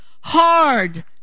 hard